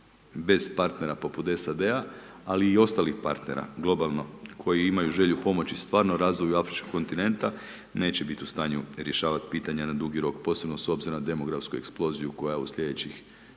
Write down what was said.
bez partnera poput SAD-a, ali i ostalih partnera, globalno, koji imaju želju pomoći stvarno razvoju afričkog kontinenta, neće biti u stanju rješavati pitanja na dugi rok, posebno s obzirom na demografsku eksploziju koja u sljedećih